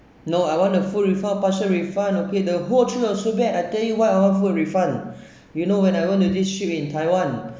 no I want a full refund partial refund okay the whole trip was so bad I tell you what uh I want full refund you know when I went to this trip in taiwan